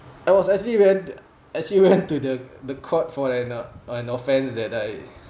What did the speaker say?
I was actually went actually went to the the court for like uh an offense that I